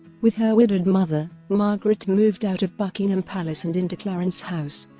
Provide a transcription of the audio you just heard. with her widowed mother, margaret moved out of buckingham palace and into clarence house,